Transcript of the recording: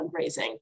fundraising